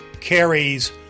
Carries